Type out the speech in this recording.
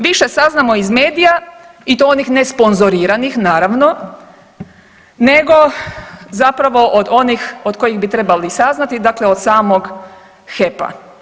Više saznamo iz medija i to onih nesponzoriranih naravno, nego zapravo od onih od kojih bi trebali saznati dakle od samog HEP-a.